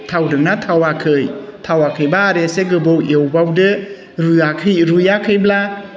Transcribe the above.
थावदोंना थावाखै थावाखैबा आरो एसे गोबाव एवबावदो रुइआखैब्ला